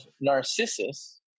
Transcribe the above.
Narcissus